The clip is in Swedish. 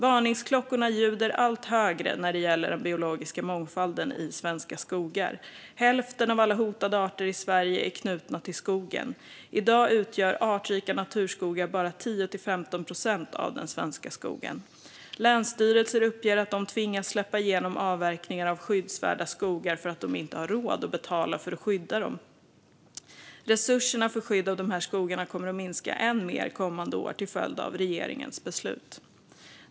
Varningsklockorna ljuder allt högre när det gäller den biologiska mångfalden i svenska skogar. Hälften av alla hotade arter i Sverige är knutna till skogen. I dag utgör artrika naturskogar bara 10-15 procent av den svenska skogen. Länsstyrelser uppger att de tvingas släppa igenom avverkningar av skyddsvärda skogar för att de inte har råd att betala för att skydda dem. Resurserna för skydd av de här skogarna kommer att minska än mer kommande år till följd av regeringens beslut.